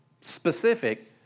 specific